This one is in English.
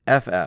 FF